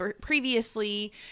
previously